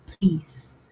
please